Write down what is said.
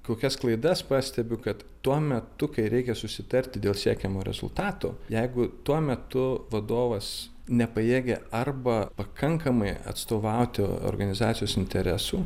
kokias klaidas pastebiu kad tuo metu kai reikia susitarti dėl siekiamo rezultato jeigu tuo metu vadovas nepajėgia arba pakankamai atstovauti organizacijos interesų